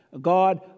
God